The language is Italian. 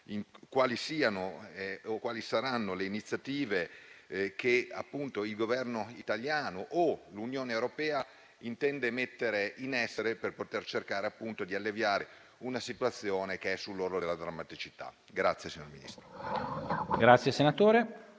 quali saranno le iniziative che il Governo italiano o l'Unione europea intende porre in essere per cercare di alleviare una situazione che è sull'orlo della drammaticità.